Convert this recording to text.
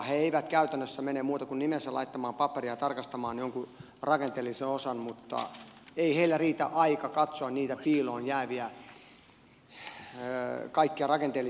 he eivät käytännössä mene muuta kuin nimensä laittamaan paperiin ja tarkastamaan jonkun rakenteellisen osan mutta ei heillä riitä aika katsoa niitä kaikkia piiloon jääviä rakenteellisia osia